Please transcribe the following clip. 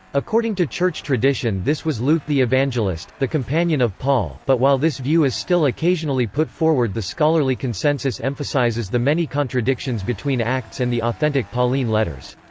according to church tradition this was luke the evangelist, the companion of paul, but while this view is still occasionally put forward the scholarly consensus emphasises the many contradictions between acts and the authentic pauline letters.